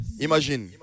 Imagine